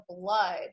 blood